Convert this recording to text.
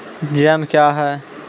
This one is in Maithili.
जैम क्या हैं?